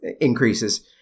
increases